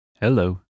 Hello